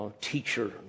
teacher